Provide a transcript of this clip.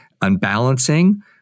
unbalancing